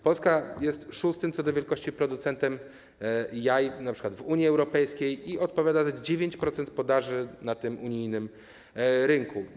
Polska jest szóstym co do wielkości producentem jaj w Unii Europejskiej i odpowiada za 9% podaży na tym unijnym rynku.